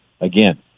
again